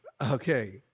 Okay